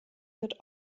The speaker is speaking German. wird